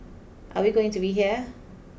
are we going to be here